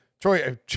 Troy